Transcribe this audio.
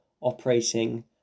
operating